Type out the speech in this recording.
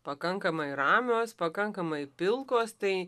pakankamai ramios pakankamai pilkos tai